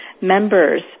members